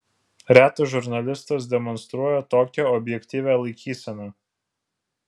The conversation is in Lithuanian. retas žurnalistas demonstruoja tokią objektyvią laikyseną